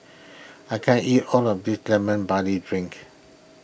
I can't eat all of this Lemon Barley Drink